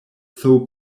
though